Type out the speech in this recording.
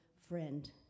friend